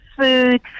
food